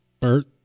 Bert